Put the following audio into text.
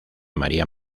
maría